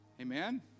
Amen